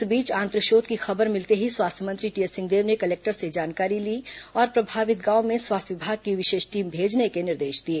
इस बीच आंत्रशोथ की खबर मिलते ही स्वास्थ्य मंत्री टीएस सिंहदेव ने कलेक्टर से जानकारी ली और प्रभावित गांव में स्वास्थ्य विभाग की विशेष टीम भेजने के निर्देश दिए